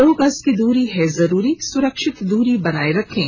दो गज की दूरी है जरूरी सुरक्षित दूरी बनाए रखें